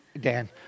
Dan